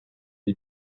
the